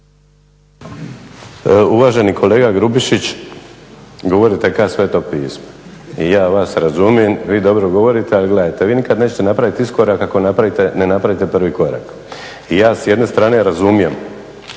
Uvaženi kolega Grubišić, govorite ka sveto pismo i ja vas razumijem, vi dobro govorite. Ali gledajte, vi nikad nećete napraviti iskorak ako ne napravite prvi korak. I ja s jedne strane razumijem.